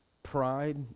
Pride